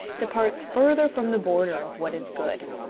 departs further from the border of what is good.